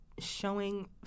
Showing